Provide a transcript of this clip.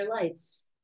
lights